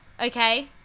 Okay